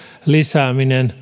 lisääminen